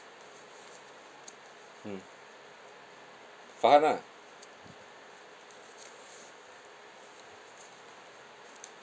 mm farhan lah